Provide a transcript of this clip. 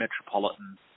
Metropolitan